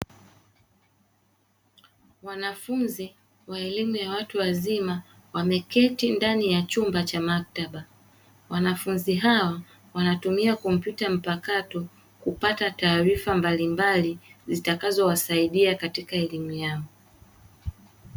Wanafunzi wa elimu ya watu wazima wameketi ndani ya chumba cha maktaba, wanafunzi hawa wanatumia kompyuta mpakato kupata taarifa mbalimbali zitakazowasaidia katika elimu yao.